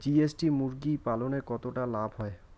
GST মুরগি পালনে কতটা লাভ হয়?